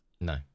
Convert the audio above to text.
No